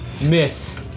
miss